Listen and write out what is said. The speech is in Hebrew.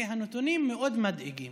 והנתונים מאוד מדאיגים.